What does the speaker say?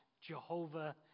Jehovah